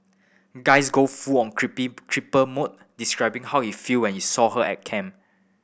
guys go full on creepy cheaper mode describing how it feel when he saw her at camp